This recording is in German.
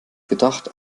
gedacht